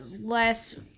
less